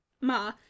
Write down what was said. Ma